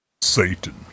Satan